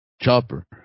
Chopper